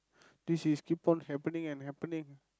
this is keep on happening and happening